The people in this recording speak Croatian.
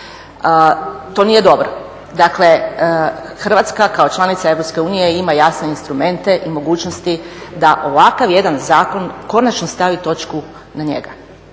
To nije dobro. Dakle Hrvatska kao članica Europske unije ima jasne instrumente i mogućnosti da ovakav jedan zakon konačno stavi na njega